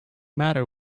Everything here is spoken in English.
matter